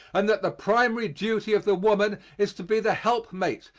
and that the primary duty of the woman is to be the helpmate,